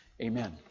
Amen